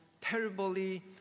terribly